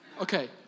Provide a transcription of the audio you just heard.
Okay